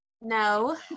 No